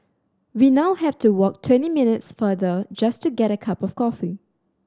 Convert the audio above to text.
we now have to walk twenty minutes farther just to get a cup of coffee